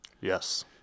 Yes